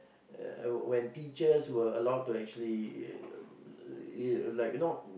uh when teachers were allowed to actually um like you know